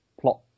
plot